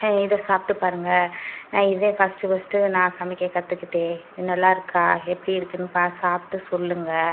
இதை சாப்பிட்டு பாருங்கள் நான் இதே ஃபஸ்ட் ஃபஸ்ட் நான் சமைக்க கற்றுக்கிட்டேன் இது நல்லாயிருக்கா எப்படி இருக்குனு பா சாப்பிட்டு சொல்லுங்கள்